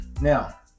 Now